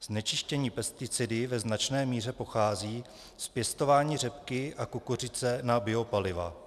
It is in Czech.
Znečištění pesticidy ve značné míře pochází z pěstování řepky a kukuřice na biopaliva.